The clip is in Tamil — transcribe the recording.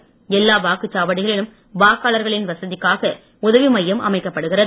ஏற்பாடு எல்லா வாக்குச்சாவடிகளிலும் வாக்காளர்களின் வசதிக்காக உதவிமையம் அமைக்கப்படுகிறது